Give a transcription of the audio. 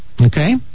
okay